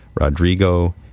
Rodrigo